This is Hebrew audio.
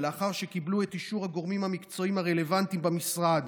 ולאחר שקיבלו את אישור הגורמים המקצועיים הרלוונטיים במשרד,